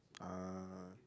ah